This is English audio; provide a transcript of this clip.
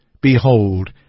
Behold